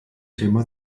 thema